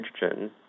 hydrogen